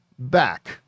back